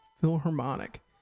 Philharmonic